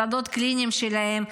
השדות הקליניים שלהם,